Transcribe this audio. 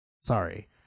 Sorry